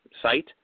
site